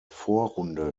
vorrunde